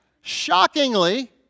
shockingly